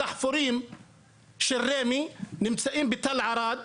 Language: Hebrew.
הדחפורים של רמ"י נמצאים בתל ערד,